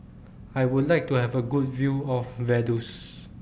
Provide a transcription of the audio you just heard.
I Would like to Have A Good View of Vaduz